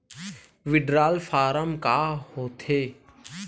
withdrawal form का होथेय